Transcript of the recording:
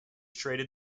traded